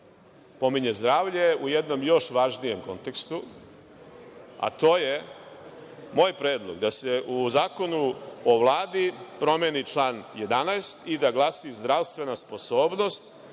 pominje zdrave u jednom još važnijem kontekstu, a to je, moj predlog, da se u Zakonu o Vladi promeni član 11. i da glasi – zdravstvena sposobnost,